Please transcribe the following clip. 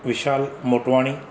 Vishal Motwani